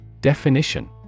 Definition